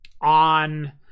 on